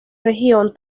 región